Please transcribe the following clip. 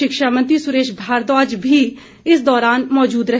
शिक्षा मंत्री सुरेश भारद्वाज भी इस दौरान मौजूद रहे